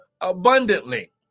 abundantly